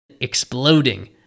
Exploding